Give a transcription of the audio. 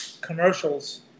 commercials